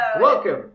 Welcome